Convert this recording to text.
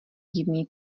divný